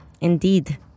Indeed